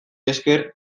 esker